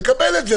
נקבל את זה,